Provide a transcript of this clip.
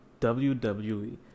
WWE